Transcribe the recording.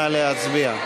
נא להצביע.